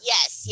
Yes